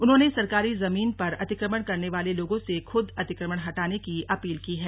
उन्होंने सरकारी जमीन पर अतिक्रमण करने वाले लोगों से खुद अतिक्रमण हटाने की अपील की है